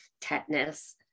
tetanus